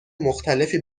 مختلفی